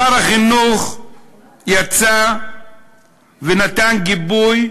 שר החינוך יצא ונתן גיבוי